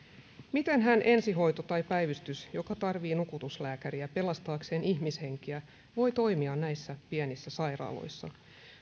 mitenhän ensihoito tai päivystys joka tarvitsee nukutuslääkäriä pelastaakseen ihmishenkiä voi toimia näissä pienissä sairaaloissa